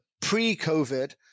pre-covid